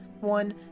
one